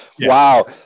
Wow